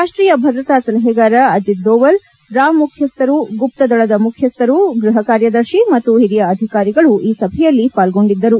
ರಾಷ್ಟೀಯ ಭದ್ರತಾ ಸಲಹೆಗಾರ ಅಜಿತ್ ಧೋವೆಲ್ ರಾ ಮುಖ್ಯಸ್ಥರು ಗುಪ್ತದಳದ ಮುಖ್ಯಸ್ಥರು ಗೃಪ ಕಾರ್ಯದರ್ತಿ ಮತ್ತು ಹಿರಿಯ ಅಧಿಕಾರಿಗಳು ಪಾಲ್ಗೊಂಡಿದ್ದರು